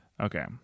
okay